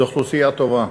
זו אוכלוסייה טובה.